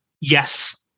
yes